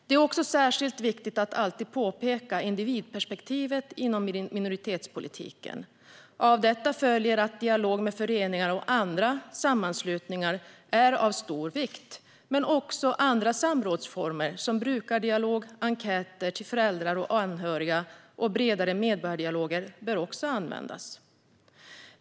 Det är särskilt viktigt att alltid framhålla individperspektivet i minoritetspolitiken. Av detta följer att dialog med föreningar och andra sammanslutningar är av stor vikt. Men också andra samrådsformer som brukardialog, enkäter till föräldrar och anhöriga och bredare medborgardialoger bör användas.